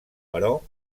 però